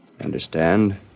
Understand